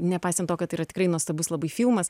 nepaisant to kad yra tikrai nuostabus labai filmas